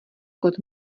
kód